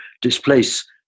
displace